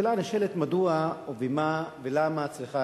השאלה הנשאלת היא מדוע ובמה ולמה צריכה